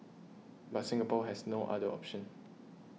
but Singapore has no other option